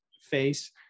face